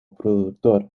productor